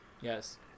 Yes